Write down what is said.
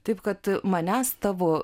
taip kad manęs tavo